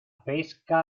pesca